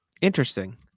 interesting